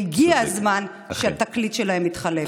והגיע הזמן שהתקליט שלהם יתחלף.